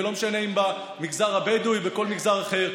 ולא משנה אם במגזר הבדואי או בכל מגזר אחר,